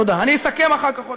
תודה, אני אסכם אחר כך עוד.